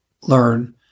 Learn